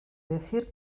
decir